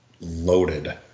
loaded